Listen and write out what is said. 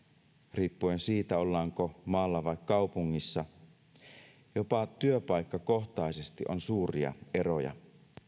riippuen siitä ollaanko maalla vai kaupungissa jopa työpaikkakohtaisesti on suuria eroja